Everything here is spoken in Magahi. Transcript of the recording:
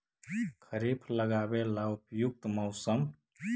खरिफ लगाबे ला उपयुकत मौसम?